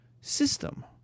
system